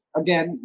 again